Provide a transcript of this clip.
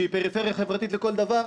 שהיא פריפריה חברתית לכל דבר,